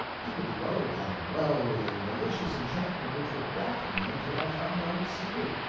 he would load that well with a malicious enchantment which would balk me until i found out its secret.